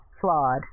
flawed